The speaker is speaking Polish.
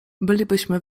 bylibyśmy